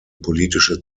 politische